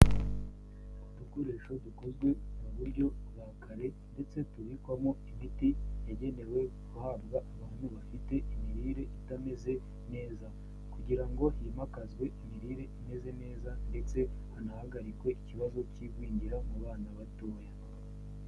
Udukoresho dukozwe mu buryo bwa kare ndetse tubikwamo imiti yagenewe guhabwa abantu bafite imirire itameze neza kugira ngo himakazwe imirire imeze neza ndetse hanahagarikwe ikibazo cy'igwingira mu bana batoya.